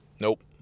Nope